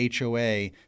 HOA